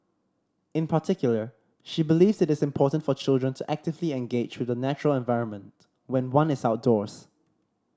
in particular she believes it is important for children to actively engage with the natural environment when one is outdoors